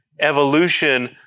evolution